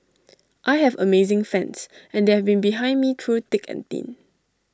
I have amazing fans and they've been behind me through thick and thin